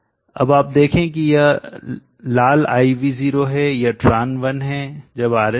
अब आप देखें कि यह लाल I V0 है यह tran1 है जब RS 01 ओम के बराबर है